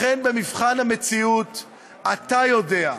לכן, במבחן המציאות אתה יודע,